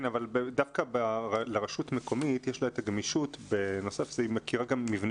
דווקא לרשות מקומית יש את הגמישות ובנוסף לכך היא גם מכירה מבני